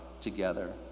together